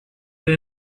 der